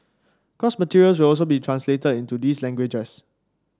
course materials will also be translated into those languages